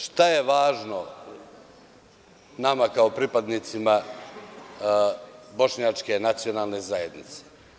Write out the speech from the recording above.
Dakle, šta je važno nama kao pripadnicima Bošnjačke nacionalne zajednice.